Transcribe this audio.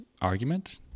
argument